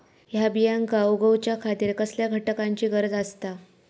हया बियांक उगौच्या खातिर कसल्या घटकांची गरज आसता?